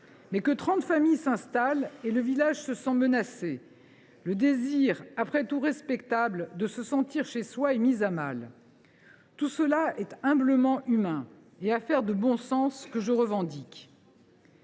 Mais que trente familles s’installent et le village se sent menacé. Le désir, après tout respectable, de se sentir chez soi est mis à mal. Tout cela est humblement humain et affaire de bon sens, que je revendique.